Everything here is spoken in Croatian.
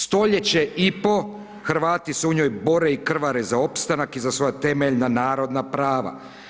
Stoljeće i pol Hrvati se u njoj bore i krvare za opstanak i za svoja temeljna narodna prava.